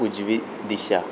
उजवी दिशा